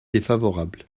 défavorable